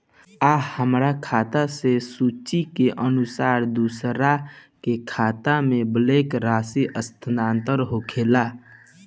आ हमरा खाता से सूची के अनुसार दूसरन के खाता में बल्क राशि स्थानान्तर होखेला?